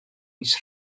mis